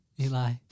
Eli